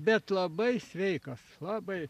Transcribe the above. bet labai sveikas labai